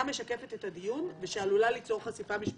משקפת את הדיון ושעלולה ליצור חשיפה משפטית.